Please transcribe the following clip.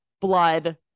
blood